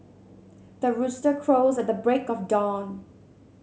the rooster crows at the break of dawn